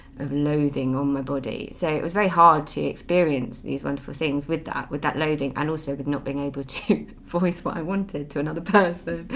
of loathing on my body so it was very hard to experience these wonderful things with that with that loathing and also with not being able to voice what i wanted to another person.